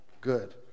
good